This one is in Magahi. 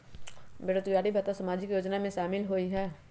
बेरोजगारी भत्ता सामाजिक योजना में शामिल ह ई?